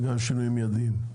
וגם שינויים מידיים.